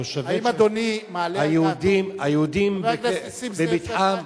התושבים היהודים במתחם,